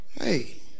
Hey